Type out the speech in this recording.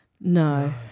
No